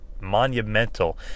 monumental